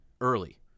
early